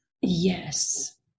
Yes